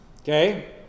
okay